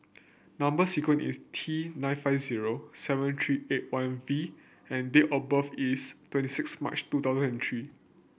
number sequence is T nine five zero seven three eight one V and date of birth is twenty six March two thousand and three